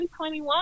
2021